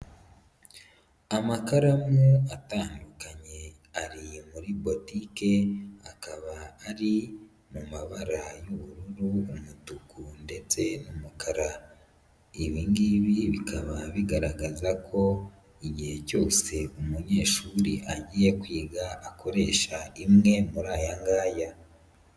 Amakaramu atandukanye, ari muri botike, akaba ari mu mabara y'ubururu, umutuku ndetse n'umukara. Ibi ngibi bikaba bigaragaza ko igihe cyose umunyeshuri agiye kwiga, akoresha imwe muri aya ngaya.